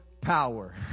power